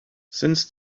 since